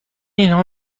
اینها